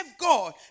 God